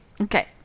Okay